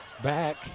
Back